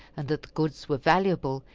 and that the goods were valuable,